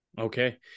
Okay